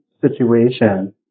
situation